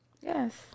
Yes